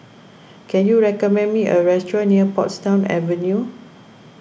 can you recommend me a restaurant near Portsdown Avenue